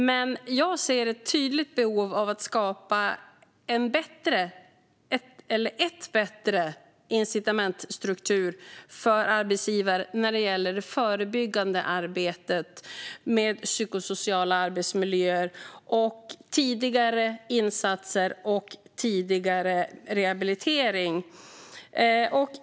Men jag ser ett tydligt behov av att skapa en bättre incitamentsstruktur för arbetsgivare när det gäller det förebyggande arbetet med psykosociala arbetsmiljöer, tidigare insatser och tidigare rehabilitering.